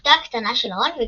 אחותו הקטנה של רון,